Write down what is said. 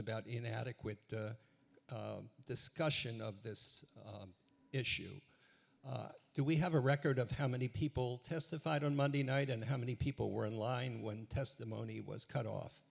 about inadequate discussion of this issue do we have a record of how many people testified on monday night and how many people were in line when testimony was cut off